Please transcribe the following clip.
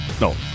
no